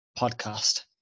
podcast